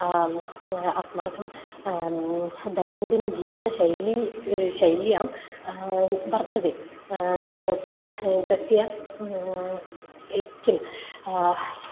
अस्माकं दैनन्दिनजीवितशैली शैल्यां वर्तते तत् तस्य एव किं